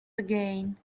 again